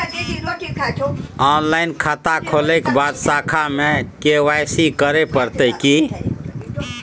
Online खाता खोलै के बाद शाखा में के.वाई.सी करे परतै की?